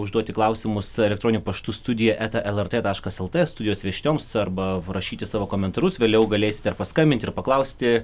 užduoti klausimus el paštu studija eta lrt taškas lt studijos viešnioms arba rašyti savo komentarus vėliau galėsite paskambinti ir paklausti